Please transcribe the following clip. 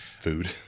food